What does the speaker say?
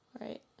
Right